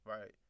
Right